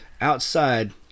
Outside